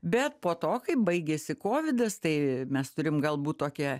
bet po to kai baigėsi kovidas tai mes turim galbūt tokią